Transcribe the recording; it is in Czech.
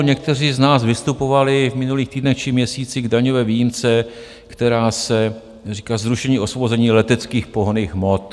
Někteří z nás vystupovali v minulých týdnech či měsících k daňové výjimce, které se říká zrušení osvobození leteckých pohonných hmot.